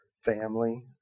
family